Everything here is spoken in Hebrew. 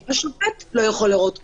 השופט לא יכול לראות אותם.